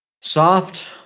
soft